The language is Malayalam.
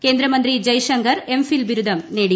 കേന്ദ്രമന്ത്രി ജയ്ശങ്കർ എം ഫിൽ ബിരുദം നേടി